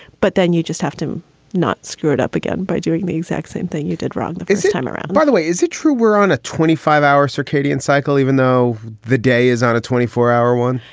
but then you just have to not screw it up again by doing the exact same thing you did wrong this time around by the way, is it true we're on a twenty five hour circadian cycle, even though the day is on a twenty four hour one?